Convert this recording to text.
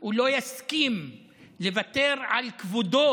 הוא לא יסכים לוותר על כבודו